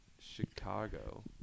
Chicago